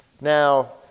Now